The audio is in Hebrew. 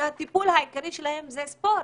והטיפול העיקרי בהם זה ספורט.